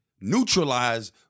Neutralize